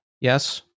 Yes